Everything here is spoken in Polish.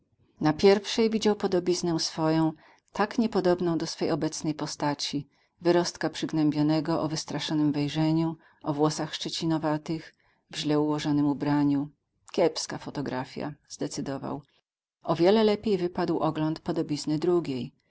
na pierwszej widział podobiznę swoją tak niepodobną do swej obecnej postaci wyrostka przygnębionego o wystraszonym wejrzeniu o włosach szczecinowatych w źle ułożonym ubraniu kiepska fotografja zdecydował o wiele lepiej wypadł ogląd podobizny drugiej